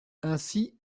ainsi